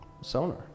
Sonar